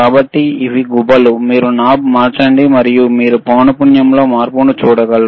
కాబట్టి ఇవి గుబ్బలు మీరు నాబ్ మార్చండి మరియు మీరు పౌనపున్యంలో మార్పును చూడగలరు